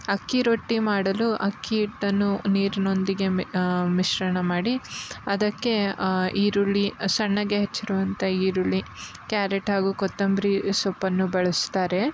ಅಕ್ಕಿ ರೊಟ್ಟಿ ಮಾಡಲು ಅಕ್ಕಿಹಿಟ್ಟನ್ನು ನೀರಿನೊಂದಿಗೆ ಮಿಶ್ರಣ ಮಾಡಿ ಅದಕ್ಕೆ ಈರುಳ್ಳಿ ಸಣ್ಣಗೆ ಹಚ್ಚಿರುವಂಥ ಈರುಳ್ಳಿ ಕ್ಯಾರೆಟ್ ಹಾಗೂ ಕೊತ್ತಂಬರಿ ಸೊಪ್ಪನ್ನು ಬಳಸ್ತಾರೆ